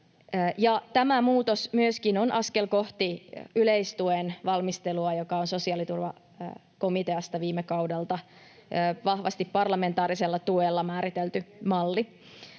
[Li Andersson: Askel pois pohjoismaisesta mallista!] joka on sosiaaliturvakomiteassa viime kaudella vahvasti parlamentaarisella tuella määritelty malli.